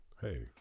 hey